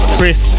Chris